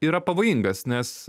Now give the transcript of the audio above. yra pavojingas nes